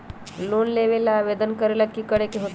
Loan लेबे ला आवेदन करे ला कि करे के होतइ?